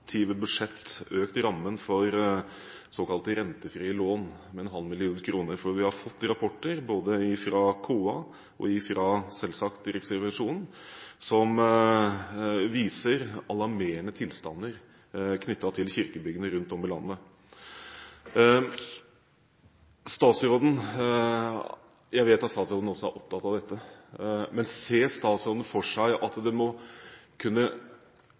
budsjett økt rammen for såkalte rentefrie lån med 0,5 mill. kr, for vi har fått rapporter fra både KA og – selvsagt – Riksrevisjonen som viser alarmerende tilstander knyttet til kirkebyggene rundt om i landet. Jeg vet at også statsråden er opptatt av dette. Men ser statsråden for seg at det må kunne